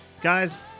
Guys